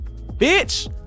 Bitch